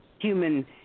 human